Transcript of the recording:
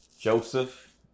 Joseph